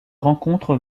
rencontre